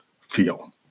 feel